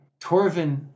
Torvin